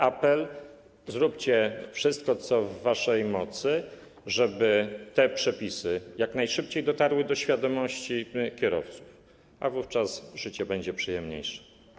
Apel: zróbcie wszystko, co w waszej mocy, żeby te przepisy jak najszybciej dotarły do świadomości kierowców, a wówczas życie będzie przyjemniejsze.